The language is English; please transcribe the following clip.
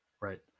Right